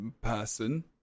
person